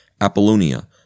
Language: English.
Apollonia